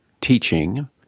teaching